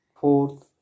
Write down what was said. Fourth